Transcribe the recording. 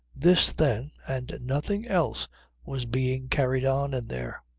this then, and nothing else was being carried on in there.